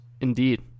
Indeed